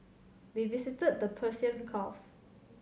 we visited the Persian Gulf